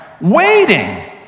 Waiting